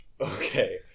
Okay